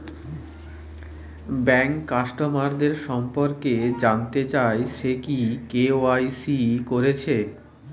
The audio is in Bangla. ব্যাংক কাস্টমারদের সম্পর্কে জানতে চাই সে কি কে.ওয়াই.সি কোরেছে